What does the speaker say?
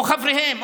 או חבריהם,